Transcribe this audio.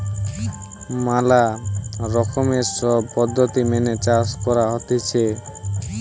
ম্যালা রকমের সব পদ্ধতি মেনে চাষ করা হতিছে